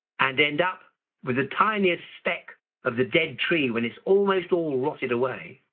and end up with the tiniest speck of the dead tree, when it's almost all rotted away,